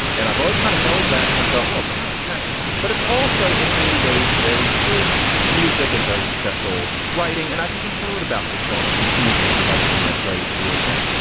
and i've always kind of held back. so i thought, well, it's kind of tacky, but it's also in many ways very good music and very special writing. and i've even heard about this song from a few of you who like it when i play steely dan.